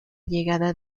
llegada